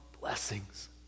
blessings